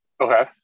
Okay